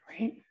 Right